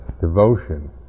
devotion